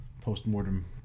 post-mortem